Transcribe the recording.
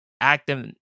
acting